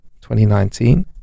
2019